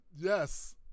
Yes